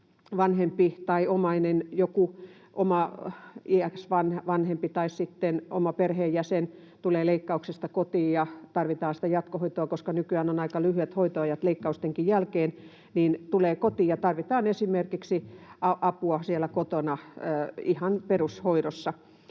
vanhempi tai joku omainen, oma iäkäs vanhempi tai oma perheenjäsen tulee leikkauksesta kotiin ja tarvitaan jatkohoitoa, koska nykyään on aika lyhyet hoitoajat leikkaustenkin jälkeen, eli tarvitaan esimerkiksi apua siellä kotona ihan perushoidossa,